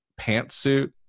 pantsuit